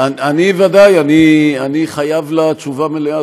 אני חייב לה תשובה מלאה,